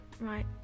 right